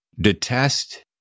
detest